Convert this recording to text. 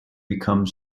become